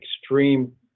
extreme